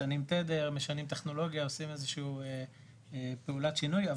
משנים תדר משנים טכנולוגיה עושים איזה שהיא פעולת שינוי,